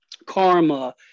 karma